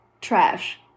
trash